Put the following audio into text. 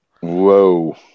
Whoa